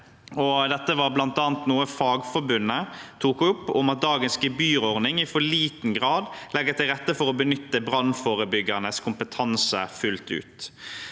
Dette var bl.a. noe fagforbundet tok opp, at dagens gebyrordning i for liten grad legger til rette for å benytte brannforebyggende kompetanse fullt ut.